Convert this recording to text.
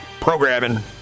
programming